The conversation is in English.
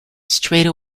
straight